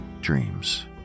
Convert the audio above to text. dreams